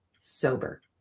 sober